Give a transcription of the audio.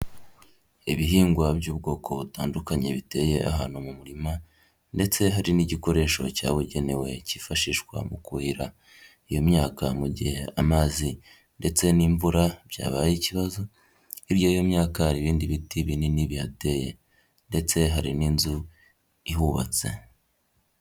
Ibihingwa by'ubwoko butandukanye biteye ahantu mu murima, ndetse hari n'igikoresho cyabugenewe cyifashishwa mu kuhira iyo myaka mu gihe amazi ndetse n'imvura byabaye ikibazo, hirya y'iyo myaka hari ibindi biti binini bihateye, ndetse hari n'inzu ihubatse.